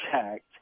checked